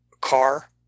car